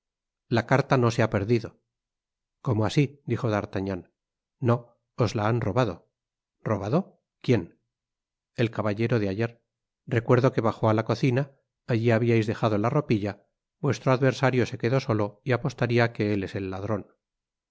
la carta no se ha perdido cómo así dijo d'artagnan no os la han robado robado quien el caballero de ayer recuerdo que bajó á la cocina allí habiais dejado la ropilla vuestro adversario se quedó solo y apostaría que él es el ladron